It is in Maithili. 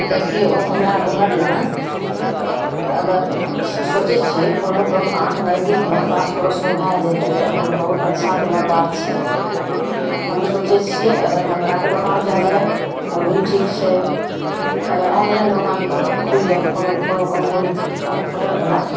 देखिऔ हमरा घरलग अगर सोचै छिए कोनो दोकान नजदीकमे पास पड़ोसमे भै जएतै तऽ आओर बहुत अच्छावला बात छै हम सोचै छिए अगर कपड़ाके दोकान भै जाए तऽ ओ भी ठीक छै अगर ऑनलाइन दोकान खुलि जाइ कोनो कोनो कम कम कम्प्यूटरवला